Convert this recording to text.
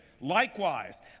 Likewise